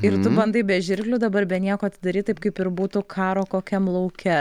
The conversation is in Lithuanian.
ir tu bandai be žirklių dabar be nieko atidaryt taip kaip ir būtų karo kokiam lauke